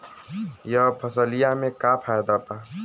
यह फसलिया में का फायदा बा?